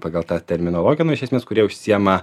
pagal tą terminologiją nu iš esmės kurie užsiima